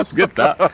that's good that.